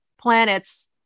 planets